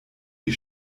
die